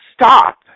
stop